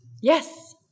Yes